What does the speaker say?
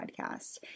podcast